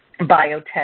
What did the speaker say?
biotech